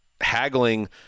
haggling